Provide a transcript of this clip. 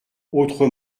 autres